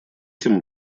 тем